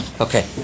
Okay